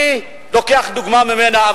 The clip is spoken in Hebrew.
אני לוקח דוגמה ממנה,